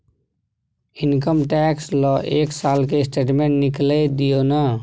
Income tax ल एक साल के स्टेटमेंट निकैल दियो न?